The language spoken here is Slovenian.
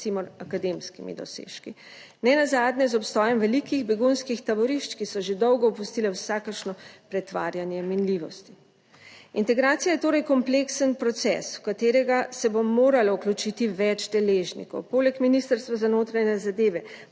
recimo, akademskimi dosežki, nenazadnje z obstojem velikih begunskih taborišč, ki so že dolgo opustila vsakršno pretvarjanje minljivosti. Integracija je torej kompleksen proces, v katerega se bo moralo vključiti več deležnikov. Poleg Ministrstva za notranje zadeve